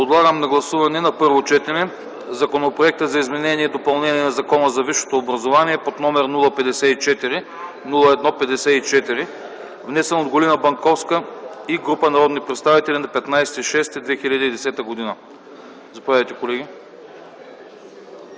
Подлагам на гласуване на първо четене Законопроект за изменение и допълнение на Закона за висшето образование, № 054-01-54, внесен от Галина Банковска и група народни представители на 15 юни 2010 г. Гласували